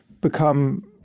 become